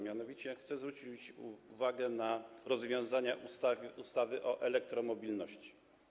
Mianowicie chcę zwrócić uwagę na rozwiązania ustawy o elektromobilności.